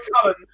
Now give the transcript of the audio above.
Cullen